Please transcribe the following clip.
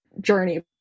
journey